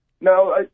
Now